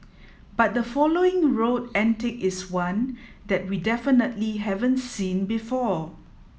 but the following road antic is one that we definitely haven't seen before